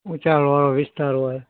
ઉંચાણવાળો વિસ્તાર હોય